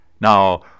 Now